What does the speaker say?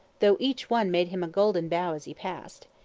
though each one made him a golden bow as he passed.